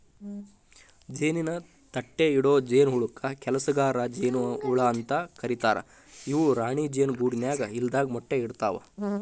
ಜೇನಿನ ತಟ್ಟಿಇಡೊ ಜೇನಹುಳಕ್ಕ ಕೆಲಸಗಾರ ಜೇನ ಹುಳ ಅಂತ ಕರೇತಾರ ಇವು ರಾಣಿ ಜೇನು ಗೂಡಿನ್ಯಾಗ ಇಲ್ಲದಾಗ ಮೊಟ್ಟಿ ಇಡ್ತವಾ